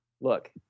look